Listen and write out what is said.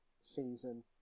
season